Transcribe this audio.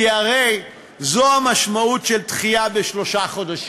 כי הרי זו המשמעות של דחייה בשלושה חודשים.